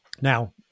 Now